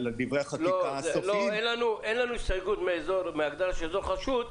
אין לנו הסתייגות מהגדרת אזור חשוד,